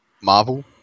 Marvel